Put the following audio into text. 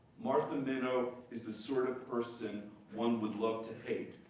martha minow is the sort of person one would love to hate,